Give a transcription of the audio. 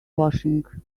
washing